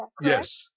Yes